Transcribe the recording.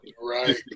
Right